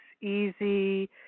easy